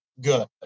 good